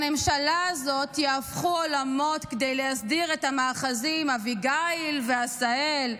בממשלה הזאת יהפכו עולמות כדי להסדיר את המאחזים אביגיל ועשהאל,